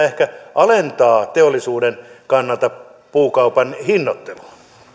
ehkä alentaa teollisuuden kannalta puukaupan hinnoittelua